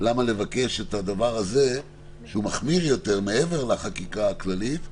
למה לבקש את הדבר הזה שהוא מחמיר יותר מעבר לחקיקה הכללית.